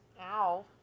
Ow